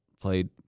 played